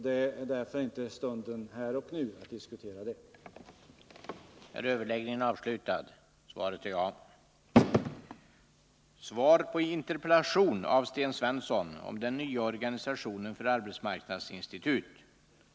Därför är det här inte den rätta stunden att diskutera den saken.